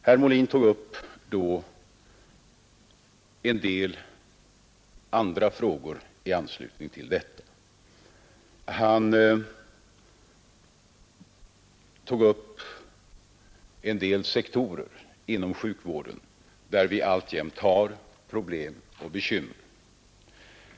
Herr Molin tog upp en del andra frågor i anslutning till detta och pekade på några sektorer inom sjukvården, där vi alltjämt har problem och bekymmer.